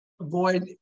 Avoid